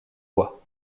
voie